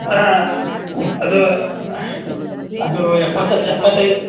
ಹಾಂ ಅದು ಅದೂ ಎಪ್ಪತ್ತು ಎಪ್ಪತೈ